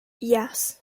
yes